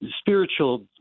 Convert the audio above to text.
spiritual